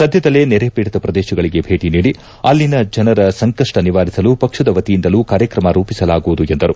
ಸದ್ದದಲ್ಲೇ ನೆರೆ ಪೀಡಿತ ಪ್ರದೇಶಗಳಿಗೆ ಭೇಟಿ ನೀಡಿ ಅಲ್ಲಿನ ಜನರ ಸಂಕಷ್ಟ ನಿವಾರಿಸಲು ಪಕ್ಷದ ವತಿಯಿಂದಲೂ ಕಾರ್ಯಕ್ರಮ ರೂಪಿಸಲಾಗುವುದು ಎಂದರು